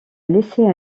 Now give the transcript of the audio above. laisser